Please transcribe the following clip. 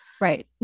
Right